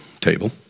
table